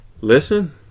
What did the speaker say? Listen